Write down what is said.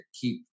keep